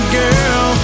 girl